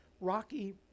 Rocky